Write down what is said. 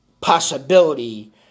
possibility